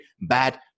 bad